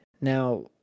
Now